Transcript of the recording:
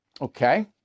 Okay